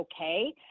okay